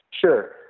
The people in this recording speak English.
Sure